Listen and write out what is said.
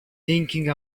thinking